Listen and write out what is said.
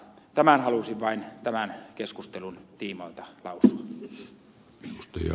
tämän halusin vain tämän keskustelun tiimoilta lausua